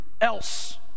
else